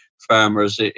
Farmers